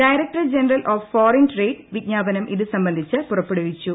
directorate general of foreign trade വിജ്ഞാപനം ഇതുസംബന്ധിച്ച് പുറപ്പെടുവിച്ചു